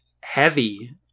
heavy